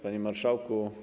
Panie Marszałku!